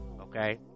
okay